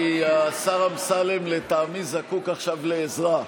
כי השר אמסלם לטעמי זקוק עכשיו לעזרה.